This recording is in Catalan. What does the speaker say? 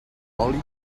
oli